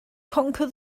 conquer